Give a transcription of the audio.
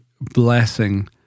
blessing